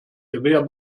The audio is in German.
gewehr